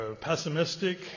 pessimistic